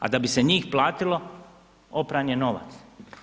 A da bi se njih platilo, opran je novac.